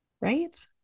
right